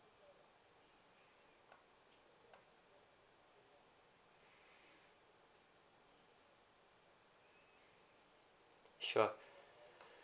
sure